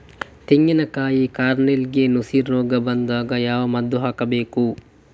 ತೆಂಗಿನ ಕಾಯಿ ಕಾರ್ನೆಲ್ಗೆ ನುಸಿ ರೋಗ ಬಂದಾಗ ಯಾವ ಮದ್ದು ಹಾಕಬೇಕು?